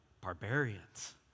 barbarians